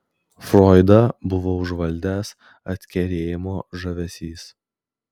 froidą buvo užvaldęs atkerėjimo žavesys